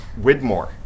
Widmore